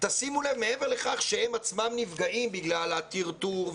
תשימו לב מעבר לכך שהם עצמם נפגעים בגלל הטרטור,